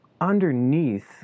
underneath